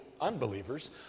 unbelievers